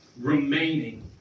remaining